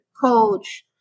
coach